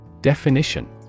Definition